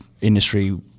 industry